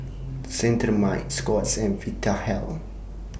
Cetrimide Scott's and Vitahealth